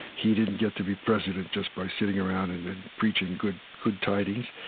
he didn't get to be president just by sitting around and and preaching good good tidings.